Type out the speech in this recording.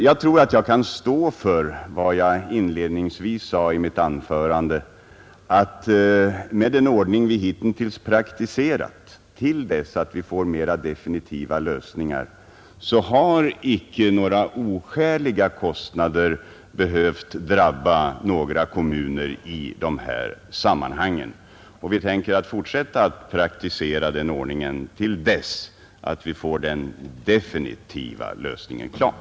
Jag tror att jag kan stå för vad jag inledningsvis sade, att med den ordning vi hittills praktiserat i avvaktan på mera definitiva lösningar har inte några oskäliga kostnader behövt drabba kommunerna i sådana här sammanhang. Och vi tänker fortsätta med att praktisera den ordningen, till dess att vi får den definitiva lösningen klar.